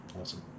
awesome